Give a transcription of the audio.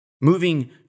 Moving